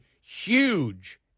huge